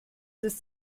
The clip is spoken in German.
ist